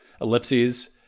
ellipses